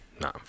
No